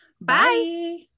Bye